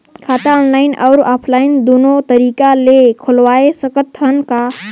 खाता ऑनलाइन अउ ऑफलाइन दुनो तरीका ले खोलवाय सकत हन का?